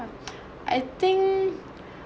I think